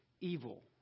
evil